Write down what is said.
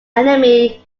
anime